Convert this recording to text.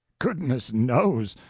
goodness knows!